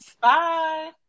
Bye